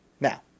Now